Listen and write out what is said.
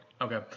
Okay